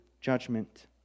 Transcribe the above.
judgment